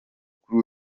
kuri